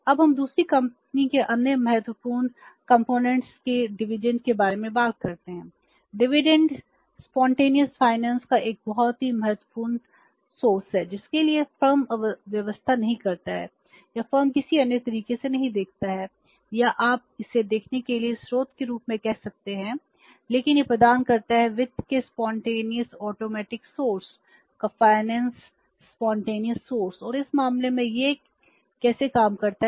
अब हम दूसरी कंपनी के अन्य महत्वपूर्ण घटकों के रूप में काम करता है